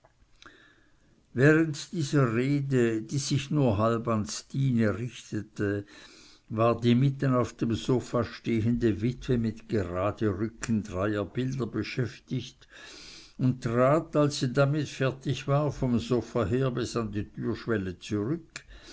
während dieser rede die sich nur halb an stine richtete war die mitten auf dem sofa stehende witwe mit geraderückung dreier bilder beschäftigt und trat als sie damit fertig war vom sofa her bis an die türschwelle zurück